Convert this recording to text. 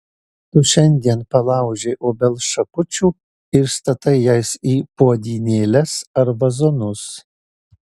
tu šiandien palaužei obels šakučių ir statai jas į puodynėles ar vazonus